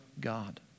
God